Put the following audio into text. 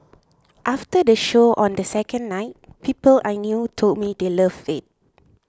after the show on the second night people I knew told me they loved it